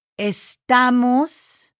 estamos